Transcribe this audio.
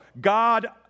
God